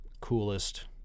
coolest